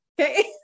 Okay